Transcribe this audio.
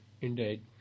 indeed